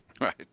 Right